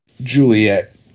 Juliet